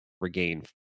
regain